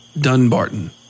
Dunbarton